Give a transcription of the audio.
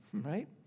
right